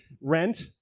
Rent